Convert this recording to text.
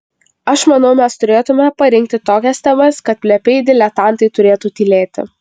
aš manau mes turėtumėme parinkti tokias temas kad plepiai diletantai turėtų tylėti